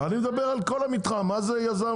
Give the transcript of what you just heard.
אני מדבר על כל המתחם, מה זה יזם.